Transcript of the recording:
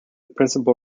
principal